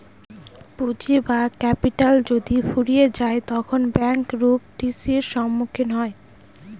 পুঁজি বা ক্যাপিটাল যদি ফুরিয়ে যায় তখন ব্যাঙ্ক রূপ টি.সির সম্মুখীন হয়